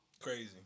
Crazy